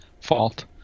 fault